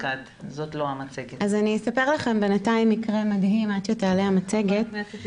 אני אספר לכם על קטינה שאמא שלה הייתה נעדרת באופן קבוע